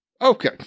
Okay